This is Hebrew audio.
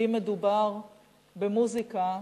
ואם מדובר במוזיקה,